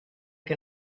che